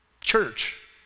Church